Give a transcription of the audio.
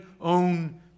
own